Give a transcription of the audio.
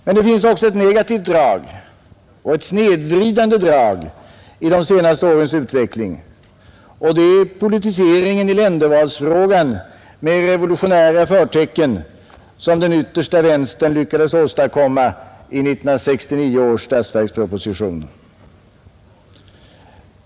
Men det finns också ett negativt drag och ett snedvridande drag i de senaste årens utveckling, och det är politiseringen i ländervalsfrågan med revolutionära förtecken som den yttersta vänstern lyckades åstadkomma i 1969 års statsverksproposition.